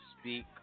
speak